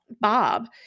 Bob